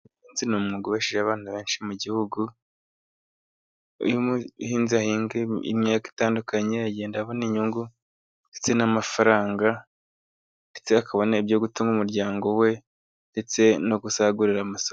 Ubuhinzi ni umwuga ubeshejeho abantu benshi mu gihugu, iyo umuhinzi ahinga imyaka itandukanye, agenda abona inyungu, ndetse n'amafaranga, ndetse akabona ibyo gutunga umuryango we, ndetse no gusagurira amasomo.